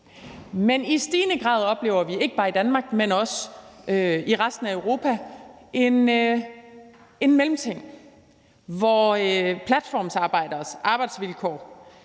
Men i stigende grad oplever vi – ikke bare i Danmark, men også i resten af Europa – en mellemting, hvor platformsarbejderes arbejdsvilkår